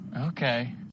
okay